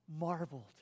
marveled